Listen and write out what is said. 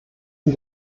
sie